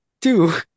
Two